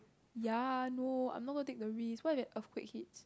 ya no I'm not gonna take the risk what if earthquake hits